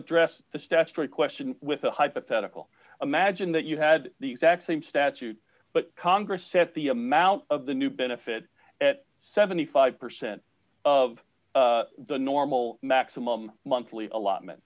address the statutory question with a hypothetical imagine that you had the exact same statute but congress set the amount of the new benefit at seventy five percent of the normal maximum monthly allotment